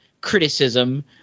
criticism